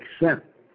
accept